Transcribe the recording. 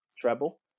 treble